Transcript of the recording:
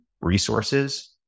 resources